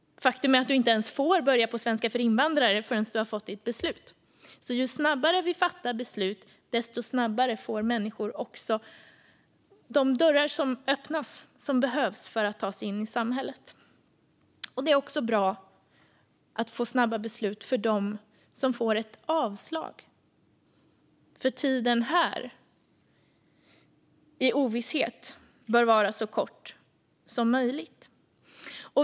Faktum är att man inte ens får börja på svenska för invandrare förrän man har fått sitt beslut. Ju snabbare vi fattar beslut, desto snabbare öppnas de dörrar som behövs för att människor ska kunna ta sig in i samhället. Det är också bra med snabba beslut för dem som får ett avslag, för tiden här, i ovisshet, bör vara så kort som möjligt.